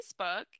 Facebook